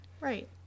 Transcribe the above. Right